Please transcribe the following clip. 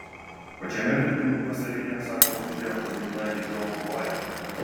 pačiame vidurvasaryje sakalas užėjo pas giminaitį žiobą pavalgyti